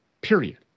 Period